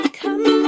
come